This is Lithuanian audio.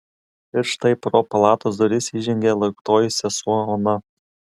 ir štai pro palatos duris įžengė lauktoji sesuo ona